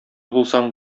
булсаң